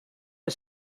est